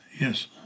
Yes